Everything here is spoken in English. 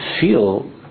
feel